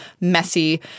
messy